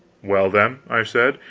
well, then, i said,